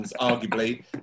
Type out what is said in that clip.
arguably